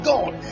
God